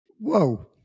Whoa